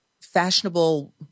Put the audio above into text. fashionable